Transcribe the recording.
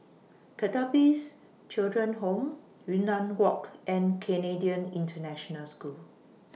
Pertapis Children Home Yunnan Walk and Canadian International School